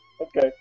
Okay